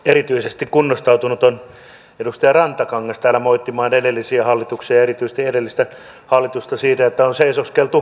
erityisesti edustaja rantakangas on kunnostautunut täällä moittimaan edellisiä hallituksia ja erityisesti edellistä hallitusta siitä että on seisoskeltu tumput suorana